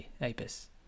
Apis